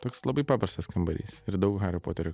toks labai paprastas kambarys ir daug hario poterio